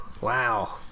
Wow